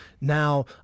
now